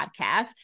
Podcast